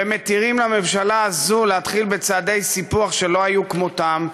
ומתירים לממשלה הזאת להתחיל בצעדי סיפוח שלא היו כמותם,